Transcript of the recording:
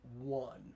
one